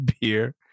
beer